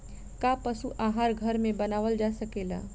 का पशु आहार घर में बनावल जा सकेला?